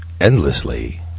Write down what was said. Endlessly